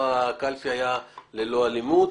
כבר הקלפי היה ללא אלימות